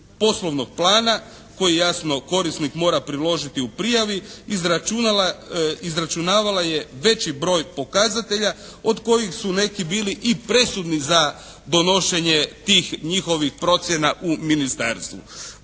poslovnog plana koji jasno korisnik mora priložiti u prijavi izračunavala je veći broj pokazatelja od kojih su neki bili i presudni za donošenje tih njihovih procjena u ministarstvu.